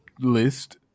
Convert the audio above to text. list